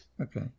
Okay